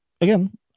again